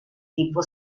tipo